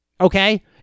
Okay